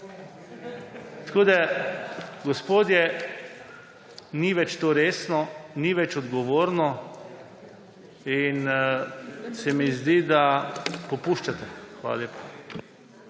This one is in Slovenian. Tako da, gospodje, ni več to resno, ni več odgovorno. In se mi zdi, da popuščate. Hvala lepa.